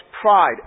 Pride